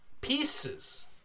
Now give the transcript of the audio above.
Pieces